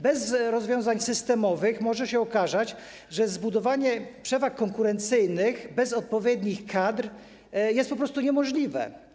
Bez rozwiązań systemowych może się okazać, że zbudowanie przewag konkurencyjnych bez odpowiednich kadr jest po prostu niemożliwe.